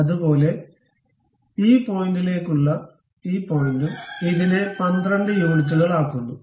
അതുപോലെ ഈ പോയിന്റിലേക്കുള്ള ഈ പോയിന്റും ഇതിനെ 12 യൂണിറ്റുകളാക്കുന്നു